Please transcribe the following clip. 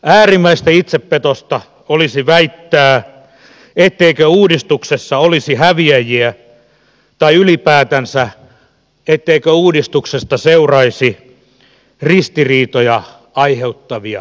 äärimmäistä itsepetosta olisi väittää etteikö uudistuksessa olisi häviäjiä tai ylipäätänsä etteikö uudistuksesta seuraisi ristiriitoja aiheuttavia asioita